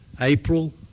April